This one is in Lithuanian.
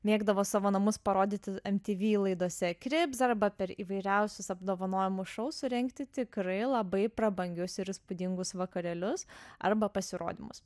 mėgdavo savo namus parodyti mtv laidose krips arba per įvairiausius apdovanojimo šou surengti tikrai labai prabangius ir įspūdingus vakarėlius arba pasirodymus